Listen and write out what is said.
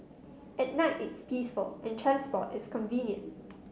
at night it's peaceful and transport is convenient